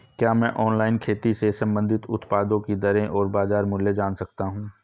क्या मैं ऑनलाइन खेती से संबंधित उत्पादों की दरें और बाज़ार मूल्य जान सकता हूँ?